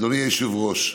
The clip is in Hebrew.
אדוני היושב-ראש,